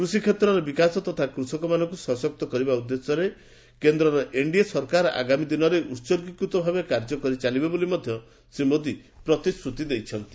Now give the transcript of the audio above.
କୃଷି କ୍ଷେତ୍ରର ବିକାଶ ତଥା କୃଷକମାନଙ୍କୁ ସଶକ୍ତ କରିବା ଉଦ୍ଦେଶ୍ୟରେ କେନ୍ଦ୍ରର ଏନ୍ଡିଏ ସରକାର ଆଗାମୀ ଦିନରେ ଉତ୍ଗୀକୃତ ଭାବେ କାର୍ଯ୍ୟ କରିଚାଲିବ ବୋଲି ମଧ୍ୟ ଶ୍ରୀ ମୋଦୀ ପ୍ରତିଶ୍ରୁତି ଦେଇଛନ୍ତି